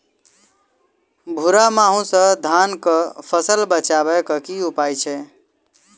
भूरा माहू सँ धान कऽ फसल बचाबै कऽ की उपाय छै?